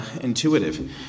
intuitive